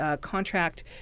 contract